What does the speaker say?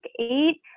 eight